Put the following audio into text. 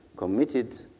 committed